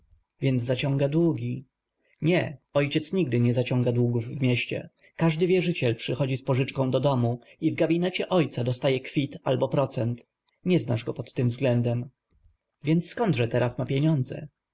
więc zaciąga długi nie ojciec nigdy nie zaciąga długów w mieście każdy wierzyciel przychodzi z pożyczką do domu i w gabinecie ojca dostaje kwit albo procent nie znasz go pod tym względem więc zkądże teraz ma pieniądze